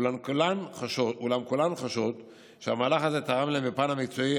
אולם כולן חשות שהמהלך הזה תרם להן בפן המקצועי,